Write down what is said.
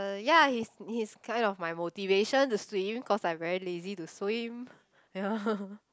ya he's he's kind of my motivation to swim cause I very lazy to swim ya